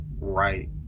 right